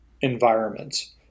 environments